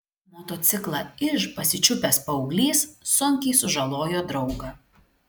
motociklą iž pasičiupęs paauglys sunkiai sužalojo draugą